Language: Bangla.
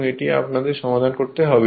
এটি আপনাদের সমাধান করতে হবে